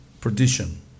perdition